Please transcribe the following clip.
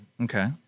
Okay